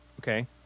Okay